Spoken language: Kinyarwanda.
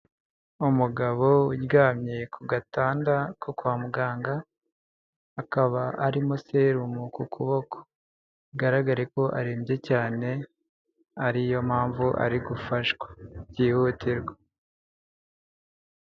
Umugabo uryamye ku gatanda ko kwa muganga, akaba arimo serumu ku kuboko, bigaragare ko arembye cyane ari yo mpamvu ari gufashwa byihutirwa.